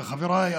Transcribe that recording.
וחבריי,